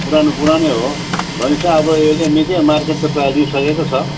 पुरानो पुरानै हो भनेपछि अब यले निकै मार्केट त प्रायः लिइसकेको छ